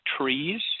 trees